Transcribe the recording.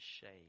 shade